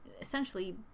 essentially